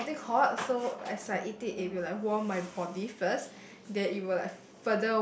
it's something hot so as like eat it if you like warm my body first then it will like